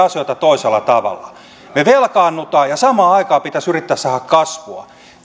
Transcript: asioita toisella tavalla me velkaannumme ja samaan aikaan pitäisi yrittää saada kasvua